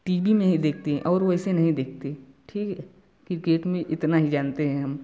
T B में ही देखते है और वो वैसे नहीं देखते ठीक क्रिकेट में इतना ही जानते है हम